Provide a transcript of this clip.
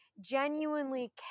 Genuinely